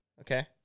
Okay